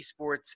esports